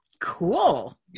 cool